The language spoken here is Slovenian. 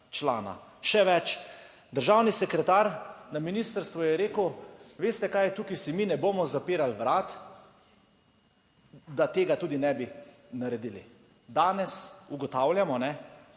člana. Še več, državni sekretar na ministrstvu je rekel, veste kaj je tukaj si mi ne bomo zapirali vrat. Da tega tudi ne bi naredili. Danes ugotavljamo, da